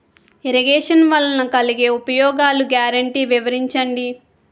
Irrigation వలన కలిగే ఉపయోగాలు గ్యారంటీ వివరించండి?